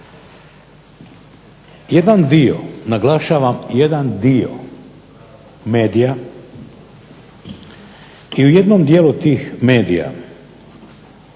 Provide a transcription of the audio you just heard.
Jedan dio, naglašavam jedan dio, medija i u jednom dijelu tih medija